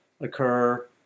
occur